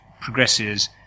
progresses